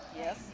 Yes